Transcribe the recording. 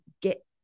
get